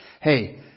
hey